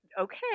okay